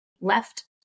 left